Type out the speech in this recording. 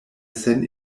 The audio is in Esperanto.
sen